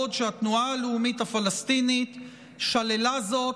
בעוד שהתנועה הלאומית הפלסטינית שללה זאת,